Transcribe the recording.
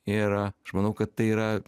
ir aš manau kad tai yra